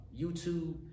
YouTube